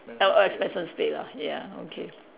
all all expenses paid ah ya okay